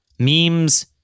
Memes